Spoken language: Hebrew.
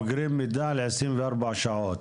ששם אוגרים מידע ל-24 שעות,